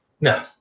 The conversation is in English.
No